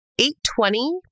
8.20